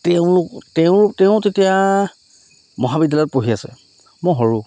তেওঁলোক তেওঁ তেওঁ তেতিয়া মহাবিদ্যালয়ত পঢ়ি আছে মই সৰু